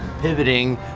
pivoting